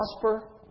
prosper